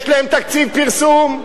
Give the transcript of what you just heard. יש להם תקציב פרסום,